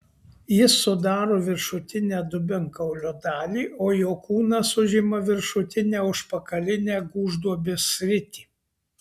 jis sudaro viršutinę dubenkaulio dalį o jo kūnas užima viršutinę užpakalinę gūžduobės sritį